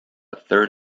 third